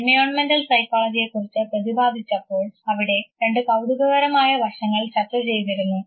എൻവിയോൺമെൻറൽ സൈക്കോളജിയെകുറിച്ച് പ്രതിപാദിച്ചപ്പോൾ അവിടെ രണ്ട് കൌതുകകരമായ വശങ്ങൾ ചർച്ചചെയ്തിരുന്നു